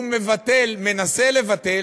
הוא מבטל, מנסה לבטל,